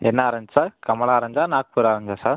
என்ன orange sir கமலா ஆரஞ்சா நாக்பூர் ஆரஞ்சா சார்